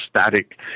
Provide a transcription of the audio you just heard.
static